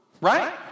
Right